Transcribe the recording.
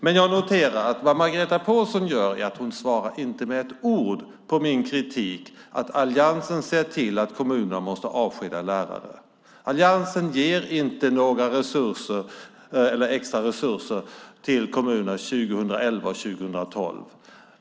Men jag noterar att vad Margareta Pålsson gör är att hon inte med ett ord svarar på min kritik mot att alliansen ser till att kommunerna måste avskeda lärare. Alliansen ger inte några extra resurser 2011 och 2012.